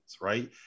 right